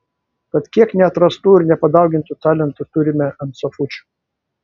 tad kiek neatrastų ir nepadaugintų talentų turime ant sofučių